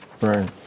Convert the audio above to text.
Right